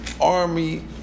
army